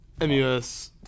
MUS